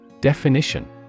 Definition